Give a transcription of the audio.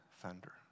thunder